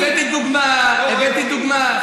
הבאתי דוגמה,